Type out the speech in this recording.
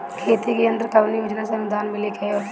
खेती के यंत्र कवने योजना से अनुदान मिली कैसे मिली?